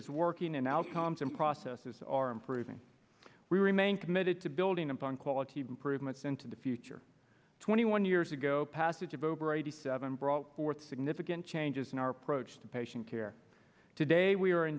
is working and outcomes and processes are improving we remain committed to building upon quality improvements into the future twenty one years ago passage of over eighty seven brought forth significant changes in our approach to patient care today we are in